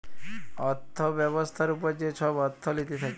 অথ্থ ব্যবস্থার উপর যে ছব অথ্থলিতি থ্যাকে